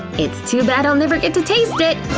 it's too bad i'll never get to taste it.